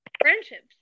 friendships